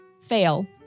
fail